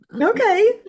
Okay